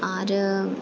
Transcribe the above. आरो